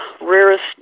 rarest